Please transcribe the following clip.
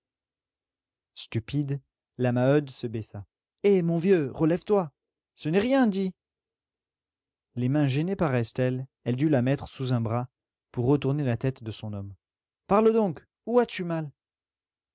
stupide la maheude se baissa eh mon vieux relève-toi ce n'est rien dis les mains gênées par estelle elle dut la mettre sous un bras pour retourner la tête de son homme parle donc où as-tu mal